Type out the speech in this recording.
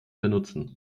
benutzen